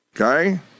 Okay